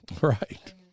right